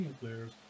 players